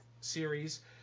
series